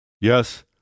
Yes